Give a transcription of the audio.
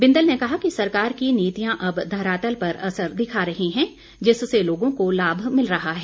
बिंदल ने कहा कि सरकार की नीतियां अब धरातल पर असर दिखा रही हैं जिससे लोगों को लाभ मिल रहा है